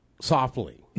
Softly